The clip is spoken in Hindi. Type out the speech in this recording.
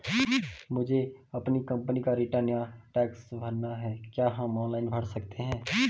मुझे अपनी कंपनी का रिटर्न या टैक्स भरना है क्या हम ऑनलाइन भर सकते हैं?